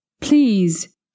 Please